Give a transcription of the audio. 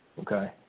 okay